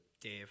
Dave